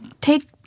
take